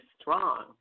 strong